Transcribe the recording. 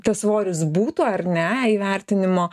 tas svoris būtų ar ne įvertinimo